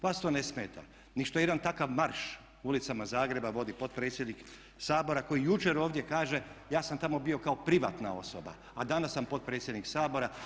Vas to ne smeta, ni što jedan takav marš ulicama Zagreba vodi potpredsjednik Sabora koji jučer ovdje kaže ja sam tamo bio kao privatna osoba, a danas sam potpredsjednik Sabora.